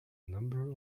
number